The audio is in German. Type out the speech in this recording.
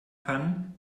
kann